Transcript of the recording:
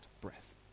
breath